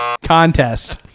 contest